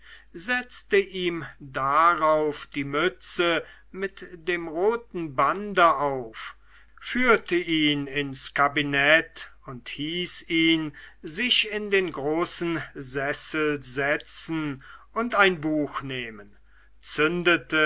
setzte ihm darauf die mütze mit dem roten bande auf führte ihn ins kabinett und hieß ihn sich in den großen sessel setzen und ein buch nehmen zündete